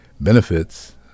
benefits